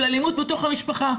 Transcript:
של אלימות בתוך המשפחה,